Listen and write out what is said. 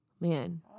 man